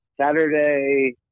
Saturday